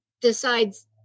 decides